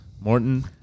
Morton